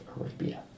Arabia